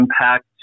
impact